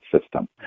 system